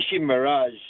Mirage